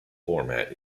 format